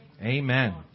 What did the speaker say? Amen